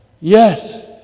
Yes